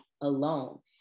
alone